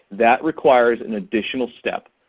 that requires an additional step.